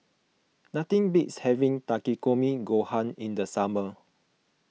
nothing beats having Takikomi Gohan in the summer